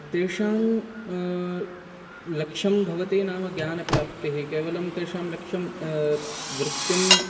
तेषां लक्षं भवति नाम ज्ञानप्राप्तिः केवलं तेषां लक्ष्यं वृत्यं